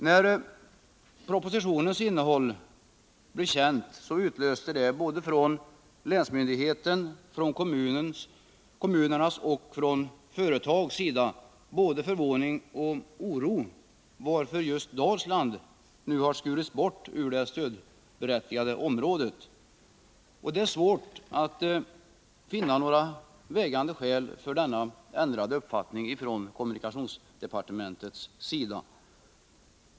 När propositionens innehåll blev känt utlöste det från länsmyndighetens, kommunernas och olika företags sida både förvåning och oro över att just Dalsland nu har skurits bort ur det stödberättigade området. Det är svårt att finna några vägande skäl för denna ändrade uppfattning i kommunikationsdepartementet.